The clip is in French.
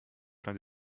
plein